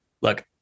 Look